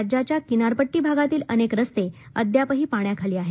राज्याच्या किनारपट्टी भागातील अनेक रस्ते अद्यापही पाण्याखाली आहेत